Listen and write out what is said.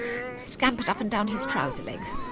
scampered up and down his trouser legs